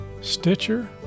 Stitcher